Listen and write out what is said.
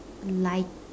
like